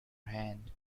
hand